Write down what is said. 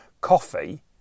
coffee